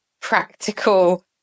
practical